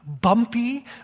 Bumpy